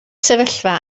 sefyllfa